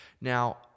Now